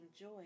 joy